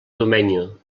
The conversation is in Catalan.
domenyo